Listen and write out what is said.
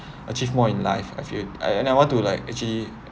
achieve more in life I feel I I and I want to like actually